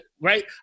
right